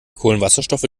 kohlenwasserstoffe